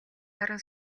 харан